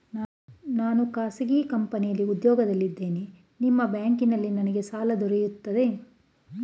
ನಾನು ಖಾಸಗಿ ಕಂಪನಿಯಲ್ಲಿ ಉದ್ಯೋಗದಲ್ಲಿ ಇದ್ದೇನೆ ನಿಮ್ಮ ಬ್ಯಾಂಕಿನಲ್ಲಿ ನನಗೆ ಸಾಲ ದೊರೆಯುತ್ತದೆಯೇ?